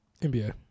NBA